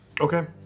Okay